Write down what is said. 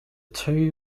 two